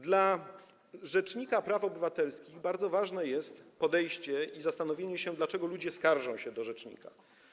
Dla rzecznika praw obywatelskich bardzo ważne jest podejście, zastanowienie się, dlaczego ludzie skarżą się do rzecznika.